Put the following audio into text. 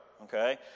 Okay